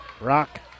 Rock